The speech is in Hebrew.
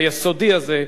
היסודי הזה,